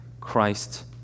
Christ